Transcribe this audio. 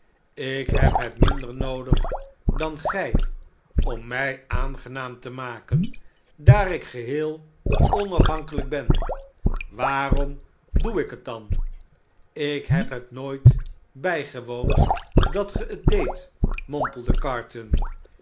ik heb het minder noodig dan gij om mij aangenaam te maken daar ik geheel onafhankelijk ben waarom doe ik het dan ik heb het nooit bijgewoond dat ge het deedt mompelde carton